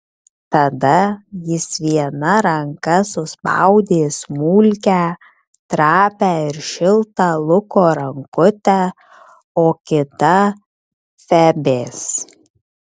tada jis viena ranka suspaudė smulkią trapią ir šiltą luko rankutę o kita febės